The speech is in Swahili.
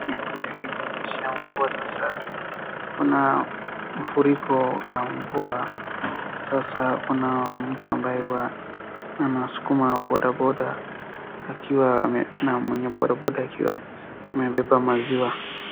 Hapo imenyeesha mvua sasa kuna mfuriko na mvua. Sasa kuna mtu ambaye huwa anaskuma bodaboda akiwa mwenye boda boda akiwa amebeba maziwa.